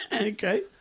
okay